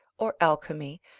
or alchemy,